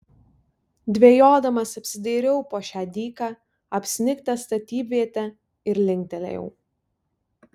dvejodamas apsidairiau po šią dyką apsnigtą statybvietę ir linktelėjau